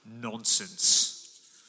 nonsense